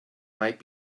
might